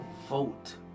vote